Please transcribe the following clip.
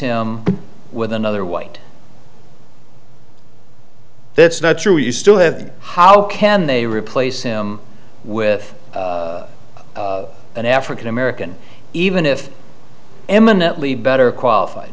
him with another white that's not true you still have how can they replace him with an african american even if eminently better qualified